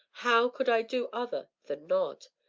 how could i do other than nod?